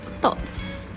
thoughts